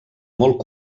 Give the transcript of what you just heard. molt